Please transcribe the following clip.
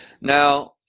now